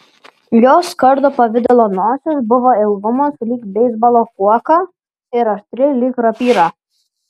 jos kardo pavidalo nosis buvo ilgumo sulig beisbolo kuoka ir aštri lyg rapyra